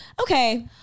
Okay